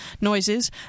noises